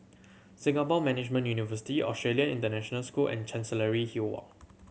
Singapore Management University Australian International School and Chancery Hill Walk